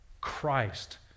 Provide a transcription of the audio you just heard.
Christ